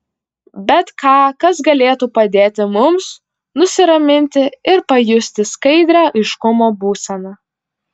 bet ką kas galėtų padėti mums nusiraminti ir pajusti skaidrią aiškumo būseną